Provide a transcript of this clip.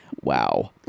Wow